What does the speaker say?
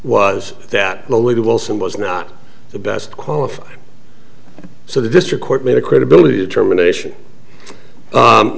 lolita wilson was not the best qualified so the district court made a credibility determination